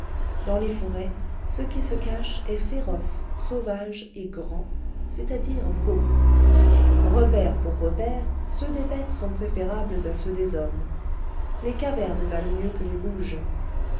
dans les forêts ce qui se cache est féroce sauvage et grand c'est-à-dire beau repaires pour repaires ceux des bêtes sont préférables à ceux des hommes les cavernes valent mieux que les bouges